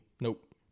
Nope